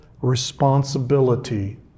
responsibility